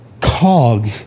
cog